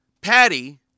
Patty